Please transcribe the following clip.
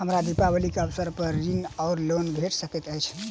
हमरा दिपावली केँ अवसर पर ऋण वा लोन भेट सकैत अछि?